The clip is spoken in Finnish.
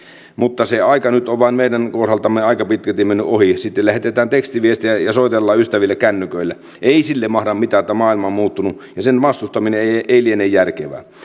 mutta se aika nyt on vaan meidän kohdaltamme aika pitkälti mennyt ohi sitten lähetetään tekstiviestejä ja soitellaan ystäville kännyköillä ei sille mahda mitään että maailma on muuttunut ja sen vastustaminen ei ei liene järkevää